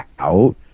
out